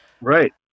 Right